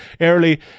early